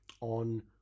on